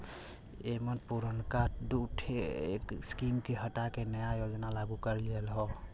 एमन पुरनका दूठे स्कीम के हटा के नया योजना लागू करल गयल हौ